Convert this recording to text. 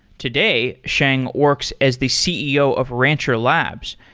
today, sheng works as the ceo of rancher labs,